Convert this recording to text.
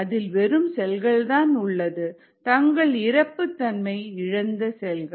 அதில் வெறும் செல்கள் தான் உள்ளது தங்கள் இறப்பு தன்மையை இழந்த செல்கள்